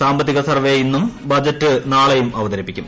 സാമ്പത്തിക സർവ്വേ ്ഇന്നും ബജറ്റ് നാളെയും അവതരിപ്പിക്കും